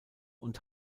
und